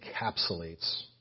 encapsulates